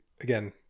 again